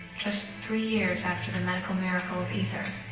just three years after the medical miracle of ether,